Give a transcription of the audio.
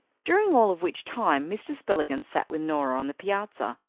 during all of which time mr. spillikins sat with norah on the piazza.